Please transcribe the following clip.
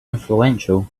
influential